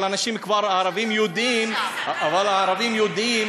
אבל הערבים יודעים,